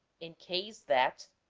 in case that